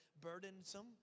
burdensome